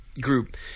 group